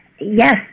Yes